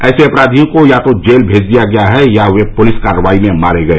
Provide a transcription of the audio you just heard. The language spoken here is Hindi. ऐसे अपराधियों को या तो जेल भेज दिया गया है या वे पुलिस कार्रवाई में मारे गए